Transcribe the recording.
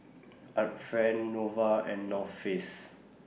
Art Friend Nova and North Face